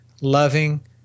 loving